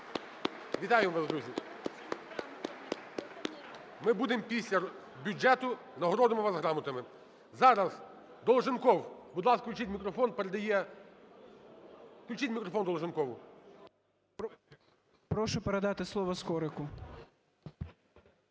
Вітаємо вас, друзі. Ми будемо після бюджету, нагородимо вас грамотами. Зараз Долженков, будь ласка, включіть мікрофон. Передає… Включіть мікрофон Долженкову 13:58:29 ДОЛЖЕНКОВ О.В. Прошу передати слово Скорику.